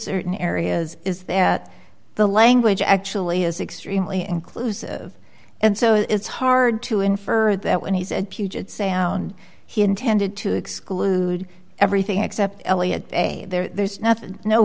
certain areas is that the language actually is extremely inclusive and so it's hard to infer that when he said puget sound he intended to exclude everything except eliot there's nothing no